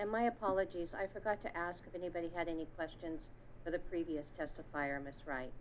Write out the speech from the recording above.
and my apologies i forgot to ask if anybody had any questions for the previous testify on this right